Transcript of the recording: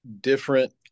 different